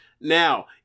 Now